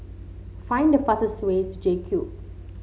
find the farts way to J Cube